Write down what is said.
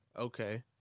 Okay